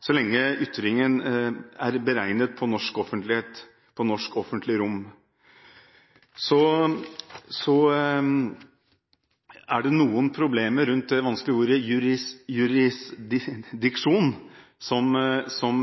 så lenge ytringen er beregnet på norsk offentlighet og norsk offentlig rom. Så er det noen problemer rundt det vanskelige ordet «jurisdiksjon», som